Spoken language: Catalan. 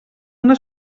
una